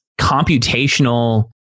computational